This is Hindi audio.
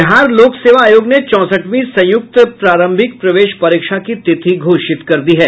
बिहार लोक सेवा आयोग ने चौसठवीं संयुक्त प्रारंभिक प्रवेश परीक्षा की तिथि घोषित कर दी है